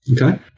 Okay